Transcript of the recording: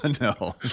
No